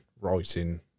writing